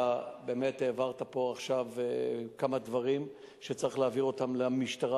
אתה באמת העברת פה עכשיו כמה דברים שצריך להעביר למשטרה,